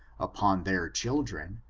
upon their children,